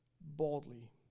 boldly